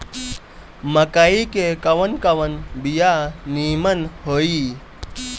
मकई के कवन कवन बिया नीमन होई?